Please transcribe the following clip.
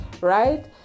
right